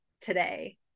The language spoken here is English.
today